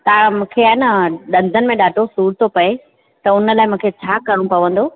तव्हां मूंखे आहे न दंदनि में ॾाढो सूर थो पए त हुन लाइ मूंखे छा करणो पवंदो